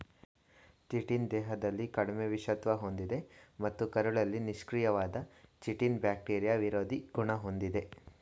chitin ದೇಹದಲ್ಲಿ ಕಡಿಮೆ ವಿಷತ್ವ ಹೊಂದಿದೆ ಮತ್ತು ಕರುಳಲ್ಲಿ ನಿಷ್ಕ್ರಿಯವಾಗಿದೆ ಚಿಟಿನ್ ಬ್ಯಾಕ್ಟೀರಿಯಾ ವಿರೋಧಿ ಗುಣ ಹೊಂದಿದೆ